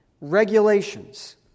regulations